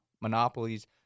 monopolies